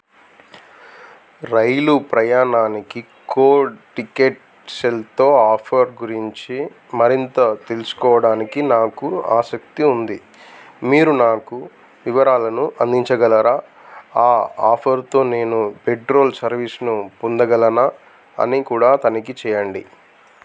రైలు ప్రయాణానికి code ticket సెల్తో offer గురించి మరింత తెలుసుకోవడానికి నాకు ఆసక్తి ఉంది మీరు నాకు వివరాలను అందించగలరా ఆ ఆఫర్తో నేను పెట్రోల్ సర్వీస్ను పొందగలనా అని కూడా తనిఖీ చేయండి